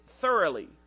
thoroughly